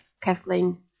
Kathleen